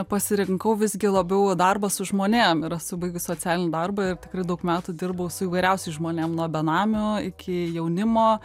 pasirinkau visgi labiau darbą su žmonėm ir esu baigus socialinį darbą ir tikrai daug metų dirbau su įvairiausiais žmonėm nuo benamių iki jaunimo